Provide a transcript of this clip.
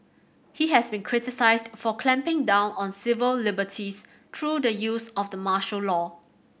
he has been criticised for clamping down on civil liberties through the use of the martial law